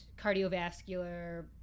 cardiovascular